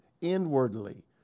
inwardly